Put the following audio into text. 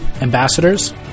ambassadors